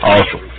Awesome